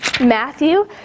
Matthew